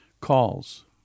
calls